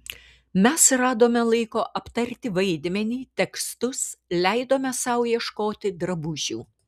mes radome laiko aptarti vaidmenį tekstus leidome sau ieškoti drabužių